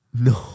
No